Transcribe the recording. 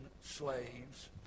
slaves